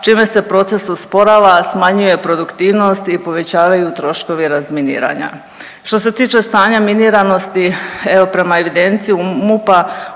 čime se proces usporava, smanjuje produktivnost i povećavaju troškovi razminiranja. Što se tiče stanja miniranosti evo prema evidenciji MUP-a